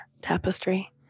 tapestry